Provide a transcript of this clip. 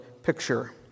picture